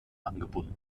angebunden